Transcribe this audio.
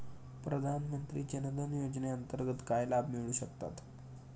प्रधानमंत्री जनधन योजनेअंतर्गत काय लाभ मिळू शकतात?